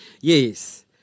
Yes